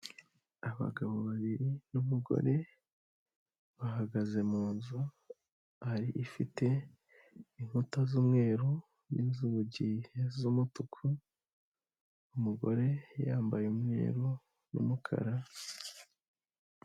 Abagabo babiri n'umugore bahagaze mu nzu, hari ifite inkuta z'umweru n'inzugi z'umutuku, umugore yambaye umweru n'umukara.